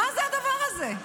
מה זה הדבר הזה?